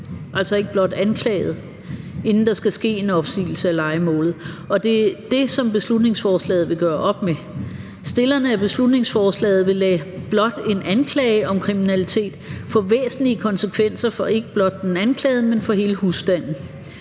altså ikke blot anklaget, inden der skal ske en opsigelse af lejemålet, og det er det, som beslutningsforslaget vil gøre op med. Forslagsstillerne af beslutningsforslaget vil lade blot en anklage om kriminalitet få væsentlige konsekvenser for ikke blot den anklagede, men også for hele husstanden.